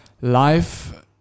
Life